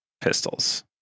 pistols